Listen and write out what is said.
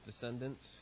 descendants